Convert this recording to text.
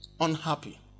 Unhappy